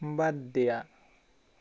বাদ দিয়া